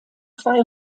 zwei